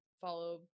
follow